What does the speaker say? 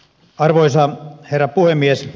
arvoisa herra puhemies